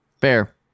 Fair